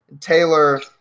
Taylor